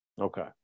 Okay